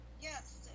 yes